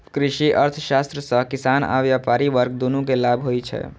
कृषि अर्थशास्त्र सं किसान आ व्यापारी वर्ग, दुनू कें लाभ होइ छै